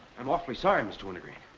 i'm awfully sorry, mr. wintergreen.